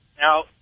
now